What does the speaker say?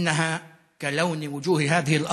צבעם כצבע האדמה הזאת,